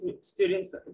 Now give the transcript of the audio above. students